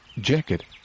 jacket